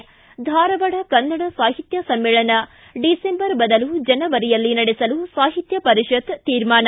್ಟಿ ಧಾರವಾಡ ಕನ್ನಡ ಸಾಹಿತ್ಯ ಸಮ್ಮೇಳನ ಡಿಸೆಂಬರ್ ಬದಲು ಜನೆವರಿಯಲ್ಲಿ ನಡೆಸಲು ಸಾಹಿತ್ಯ ಪರಿಷತ್ ತೀರ್ಮಾನ